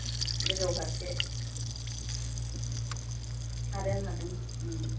गोजौ फारसे हादों हादों